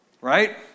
Right